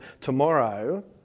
tomorrow